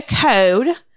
code